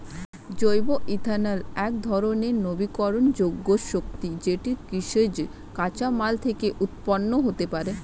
জৈব ইথানল একধরণের নবীকরণযোগ্য শক্তি যেটি কৃষিজ কাঁচামাল থেকে উৎপন্ন হতে পারে